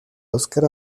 oscar